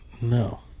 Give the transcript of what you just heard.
No